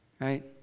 right